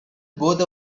both